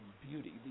beauty